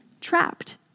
trapped